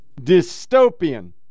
dystopian